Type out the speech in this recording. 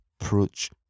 approach